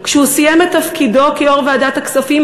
כשהוא סיים את תפקידו כיו"ר ועדת הכספים